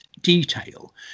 detail